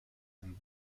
and